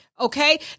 Okay